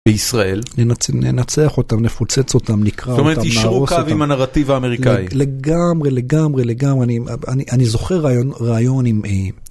בישראל, ננצח אותם, נפוצץ אותם, נקרע אותם, נרוס אותם, לגמרי, לגמרי, לגמרי, אני זוכר רעיון עם...